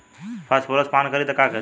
Phosphorus पान करी त का करी?